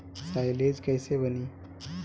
Silage कईसे बनी?